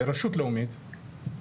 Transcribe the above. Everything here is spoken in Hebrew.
רשות לאומית,